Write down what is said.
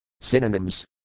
Synonyms